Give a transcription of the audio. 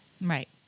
Right